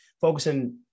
focusing